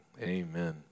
Amen